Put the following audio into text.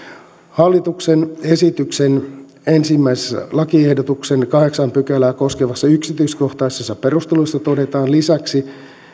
hallituksen esityksen ensimmäisen lakiehdotuksen kahdeksatta pykälää koskevissa yksityiskohtaisissa perusteluissa todetaan lisäksi